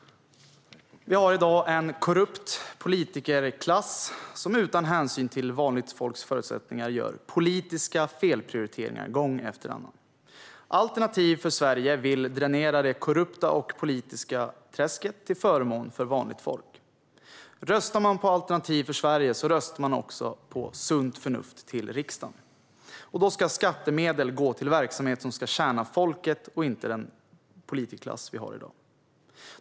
Vi har i dag en korrupt politikerklass som utan hänsyn till vanligt folks förutsättningar gång efter annan gör politiska felprioriteringar. Alternativ för Sverige vill dränera det korrupta och politiska träsket till förmån för vanligt folk. Röstar man på Alternativ för Sverige röstar man också på sunt förnuft till riksdagen. Då ska skattemedlen gå till verksamhet tjänar folket och inte den politikerklass vi har i dag.